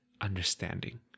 understanding